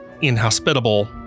inhospitable